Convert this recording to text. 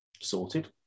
Sorted